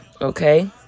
okay